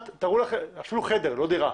אפילו לא דירה.